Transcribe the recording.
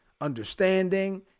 understanding